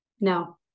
No